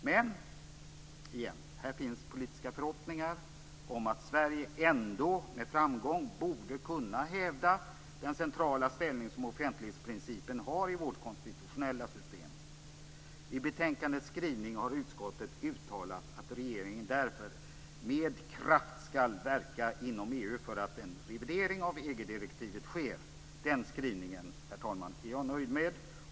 Men - återigen - här finns politiska förhoppningar om att Sverige ändå med framgång borde kunna hävda den centrala ställning som offentlighetsprincipen har i vårt konstitutionella system. I betänkandet har utskottet uttalat att regeringen därför med kraft skall verka inom EU för att en revidering av EG-direktivet sker. Den skrivningen, herr talman, är jag nöjd med.